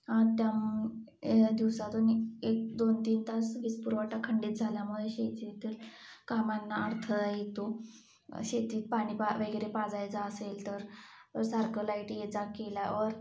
दिवसातून एक दोन तीन तास वीज पुरवठा खंडित झाल्यामुळे शेतीइतर कामांना अडथळा येतो शेतीत पाणी पा वगैरे पाजायचे असेल तर सारखं लाइटी ये जा केल्यावर